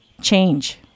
Change